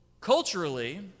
Culturally